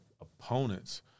opponents –